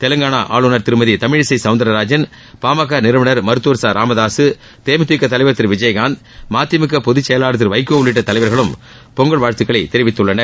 தெலங்காளா ஆளுநர் திருமதி தமிழிசை சௌந்தரராஜன் பாமக நிறுவனமர் மருத்துவர் ச ராமதாக தேமுதிக தலைவர் திரு விஜயகாந்த் மதிமுக பொதுச் செயவாளர் திரு வைகோ உள்ளிட்ட தலைவர்களும் பொங்கல் வாழ்த்துக்களைத் தெரிவித்துள்ளனர்